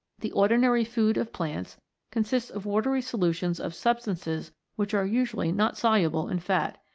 the ordinary food of plants consists of watery solutions of substances which are usually not soluble in fat.